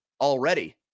already